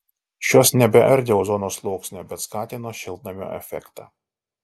šios nebeardė ozono sluoksnio bet skatino šiltnamio efektą